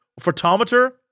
photometer